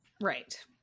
Right